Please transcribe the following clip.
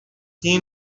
che